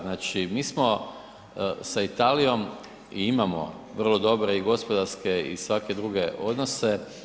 Znači mi smo sa Italijom i imamo vrlo dobro i gospodarske i svake druge odnose.